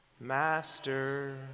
Master